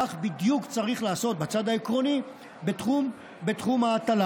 כך בדיוק צריך לעשות בצד העקרוני בתחום ההטלה.